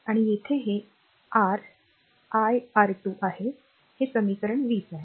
आणि येथे हे r iR2 आहे हे समीकरण २० आहे